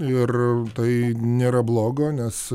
ir tai nėra blogo nes